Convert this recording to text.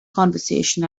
conversation